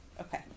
Okay